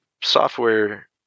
software